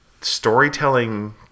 storytelling